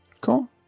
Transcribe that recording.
Cool